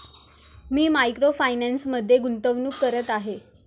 मी micro फायनान्समध्ये गुंतवणूक करत आहे